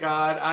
God